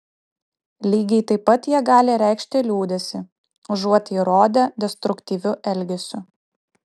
lygiai taip pat jie gali reikšti liūdesį užuot jį rodę destruktyviu elgesiu